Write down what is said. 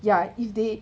ya if they